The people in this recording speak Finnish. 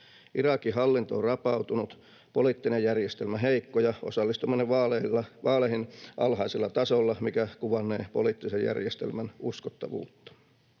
Irakin hallinto on rapautunut, poliittinen järjestelmä heikko ja osallistuminen vaaleihin alhaisella tasolla, mikä kuvannee poliittisen järjestelmän uskottavuutta.